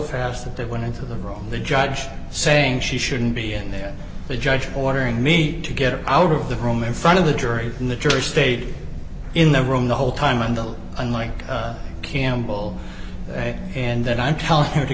fast that they went into the room the judge saying she shouldn't be in there the judge ordering me to get her out of the room in front of the jury in the jury stayed in the room the whole time until unlike campbell and then i'm telling her to